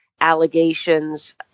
allegations